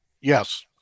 Yes